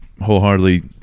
wholeheartedly